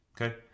Okay